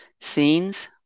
Scenes